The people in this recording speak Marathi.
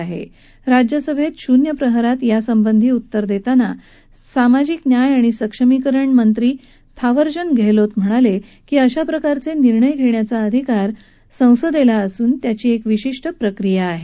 आज राज्यसभेत शून्य प्रहरात यासंबंधी उत्तर देताना सामाजिक न्याय आणि सक्षमीकरणमंत्री थावरचंद गेहलोत म्हणाले की अशाप्रकारचे निर्णय घेण्याचा अधिकार संसदेला असून त्याची विशिष्ट प्रक्रिया आहे